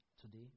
Today